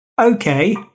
okay